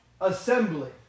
assembly